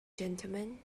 gentlemen